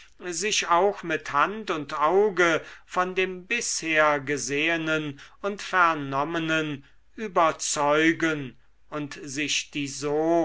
sich auch mit hand und auge von dem bisher gesehenen und vernommenen überzeugen und sich die so